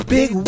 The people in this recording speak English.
Big